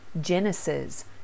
Genesis